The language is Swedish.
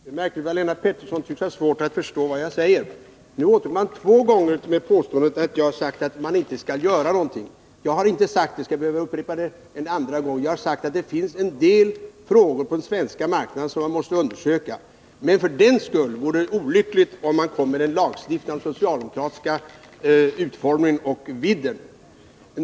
Herr talman! Det är märkligt vad Lennart Pettersson tycks ha svårt att förstå vad jag säger. Nu återkommer han för andra gången till påståendet att jag har sagt att man inte skall göra någonting. Jag har inte sagt det — skall jag behöva upprepa det igen? Jag har däremot sagt att det finns en del frågor på den svenska marknaden som man måste undersöka men att det vore olyckligt om man för den skull kom med en lagstiftning med den socialdemokratiska utformningen och vidden.